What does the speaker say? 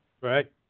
Right